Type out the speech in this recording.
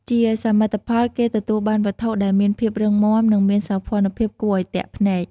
ជាសមិទ្ធផល គេទទួលបានវត្ថុដែលមានភាពរឹងមាំ និងមានសោភ័ណភាពគួរឱ្យទាក់ភ្នែក។